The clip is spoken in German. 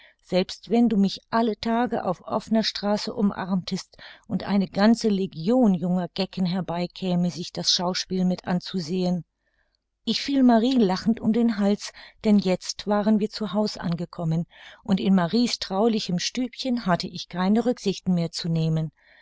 selbst wenn du mich alle tage auf offner straße umarmtest und eine ganze legion junger gecken herbeikäme sich das schauspiel mit anzusehen ich fiel marie lachend um den hals denn jetzt waren wir zu haus angekommen und in marie's traulichem stübchen hatte ich keine rücksichten mehr zu nehmen